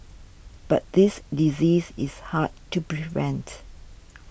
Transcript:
but this disease is hard to prevent